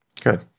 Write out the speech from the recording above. Good